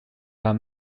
are